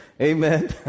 amen